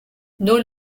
nos